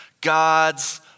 God's